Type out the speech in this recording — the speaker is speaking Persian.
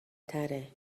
تره